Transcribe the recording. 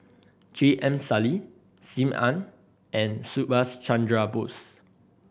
J M Sali Sim Ann and Subhas Chandra Bose